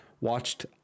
Watched